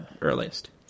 earliest